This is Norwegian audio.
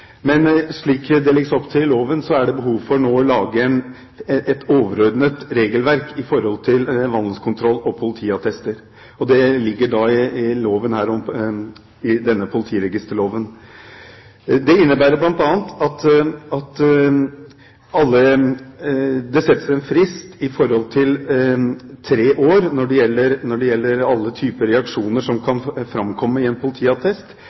men slik det legges opp til i loven, er det nå behov for å lage et overordnet regelverk for vandelskontroll og politiattester. Det ligger da i denne politiregisterloven. Det innebærer bl.a. at det settes en frist på tre år når det gjelder alle typer reaksjoner som kan framkomme i en politiattest, men når det gjelder forbrytelser hvor det er idømt ubetinget fengsel over seks måneder, skal den tiårsfristen som er vanlig i